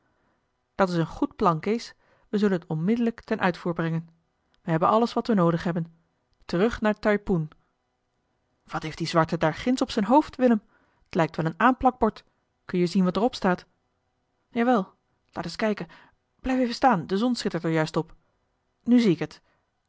dat is een goed plan kees we zullen het onmiddellijk ten uitvoer brengen we hebben alles wat we noodig hebben terug naar taipoen eli heimans willem roda wat heeft die zwarte daar ginds op zijn hoofd willem t lijkt wel een aanplakbord kun je zien wat er op staat ja wel laat eens kijken blijf even staan de zon schittert er juist op nu zie ik het